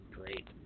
great